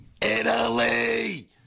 Italy